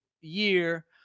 year